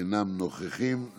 אינם נוכחים.